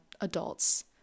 adults